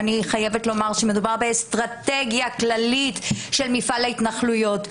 אני חייבת לומר שמדובר באסטרטגיה כללית של מפעל ההתנחלויות.